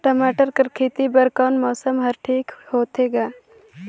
टमाटर कर खेती बर कोन मौसम हर ठीक होथे ग?